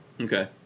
Okay